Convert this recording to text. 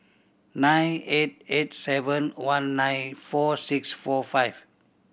nine eight eight seven one nine four six four five